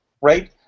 right